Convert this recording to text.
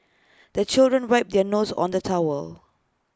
the children wipe their noses on the towel